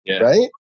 right